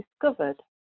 discovered